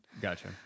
Gotcha